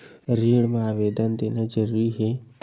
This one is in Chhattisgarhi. ऋण मा आवेदन देना जरूरी हे?